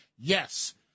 Yes